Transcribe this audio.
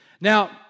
Now